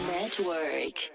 Network